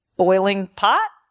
boiling pot?